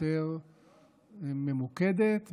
יותר ממוקדת,